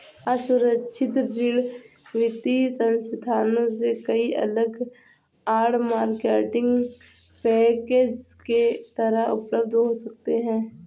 असुरक्षित ऋण वित्तीय संस्थानों से कई अलग आड़, मार्केटिंग पैकेज के तहत उपलब्ध हो सकते हैं